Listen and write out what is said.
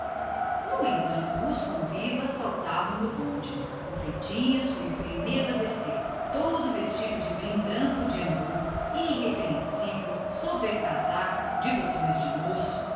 pândega e os convidados saltavam do bonde o primeiro a descer foi o freitinhas todo vestido de brim branco de hamburgo irrepreensível rodaque de botões de osso